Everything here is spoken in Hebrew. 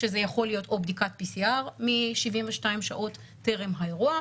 כשזה יכול להיות או בדיקת PCR מ-72 שעות טרם האירוע,